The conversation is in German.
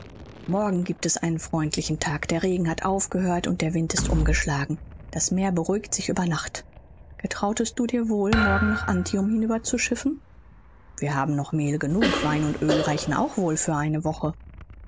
morgen giebt es einen freundlichen tag der regen hat aufgehört und der wind ist umgeschlagen das meer beruhigt sich über nacht getrautest du dir wohl morgen nach antium hinüber zu schiffen wir haben noch mehl genug wein und oel reichen auch wohl für eine woche